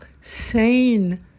sane